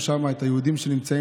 אתה יודע מה זה מחב"ס?